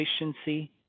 efficiency